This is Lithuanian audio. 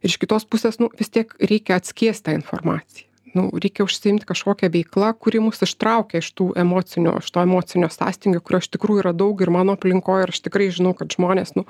ir iš kitos pusės nu vis tiek reikia atskiest tą informaciją nu reikia užsiimt kažkokia veikla kuri mus ištraukia iš tų emocinio iš to emocinio sąstingio kurio iš tikrųjų yra daug ir mano aplinkoj ir aš tikrai žinau kad žmonės nu